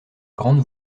grande